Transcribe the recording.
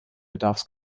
bedarfs